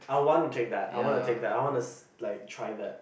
I want to take that I want to take that I want to s~ like try that